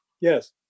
yes